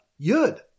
Yud